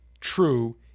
true